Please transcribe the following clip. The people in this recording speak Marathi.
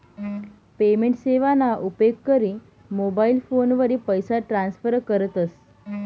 पेमेंट सेवाना उपेग करी मोबाईल फोनवरी पैसा ट्रान्स्फर करतस